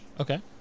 okay